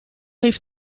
heeft